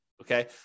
okay